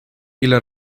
ile